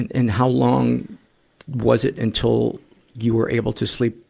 and, and how long was it until you were able to sleep?